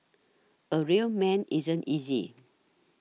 a real man isn't easy